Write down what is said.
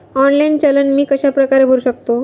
Online चलन मी कशाप्रकारे भरु शकतो?